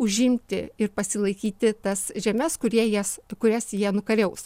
užimti ir pasilaikyti tas žemes kurie jas kurias jie nukariaus